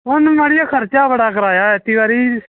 उन्न मड़ियै खर्चा बड़ा कराया ऐगती